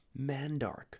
Mandark